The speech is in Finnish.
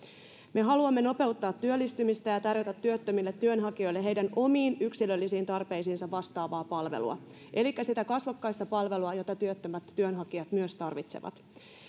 me haluamme nopeuttaa työllistymistä ja tarjota työttömille työnhakijoille heidän omiin yksilöllisiin tarpeisiinsa vastaavaa palvelua elikkä sitä kasvokkaista palvelua jota työttömät työnhakijat myös tarvitsevat